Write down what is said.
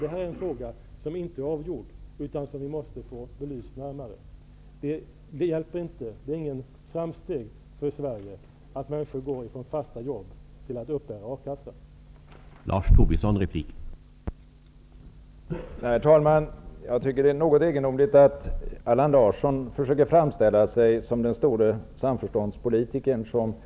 Det här är en fråga som inte är avgjord och som vi måste få närmare belyst. Det är inget framsteg för Sverige att människor måste lämna fasta jobb och i stället uppbära ersättning från A-kassa.